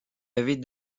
avait